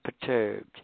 perturbed